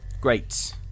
Great